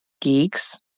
geeks